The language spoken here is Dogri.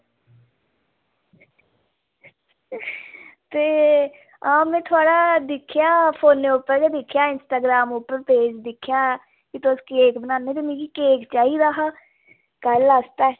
ते हां में थुआढ़ा दिक्खेआ फोनै उप्पर गै दिक्खेआ इंस्टाग्राम उप्पर पेज़ दिक्खेआ कि तुस केक बनान्ने ते मिगी केक चाहिदा हा कल्ल आस्तै